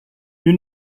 you